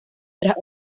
tras